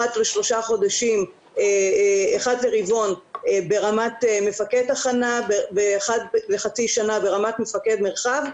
אחת לרבעון ברמת מפקד תחנה ואחת לחצי שנה ברמת מפקד מרחב,